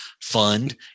fund